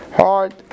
hard